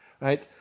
right